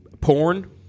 porn